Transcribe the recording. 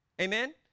Amen